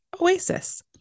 oasis